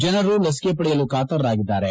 ಜನರು ಲಸಿಕೆ ಪಡೆಯಲು ಕಾತರರಾಗಿದ್ದಾರೆ